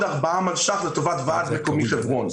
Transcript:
4 מיליון שקלים לטובת ועד מקומי חברון.